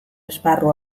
esparru